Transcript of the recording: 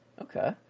okay